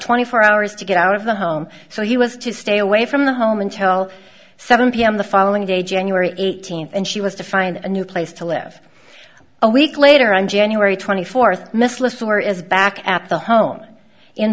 twenty four hours to get out of the home so he was to stay away from the home until seven pm the following day january eighteenth and she was to find a new place to live a week later on january twenty fourth missler is back at the home